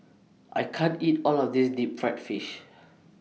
I can't eat All of This Deep Fried Fish